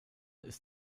ist